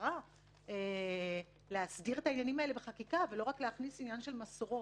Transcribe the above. קרא להסדיר את העניינים האלה בחקיקה ולא רק להכניס עניין של מסורות.